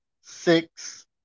six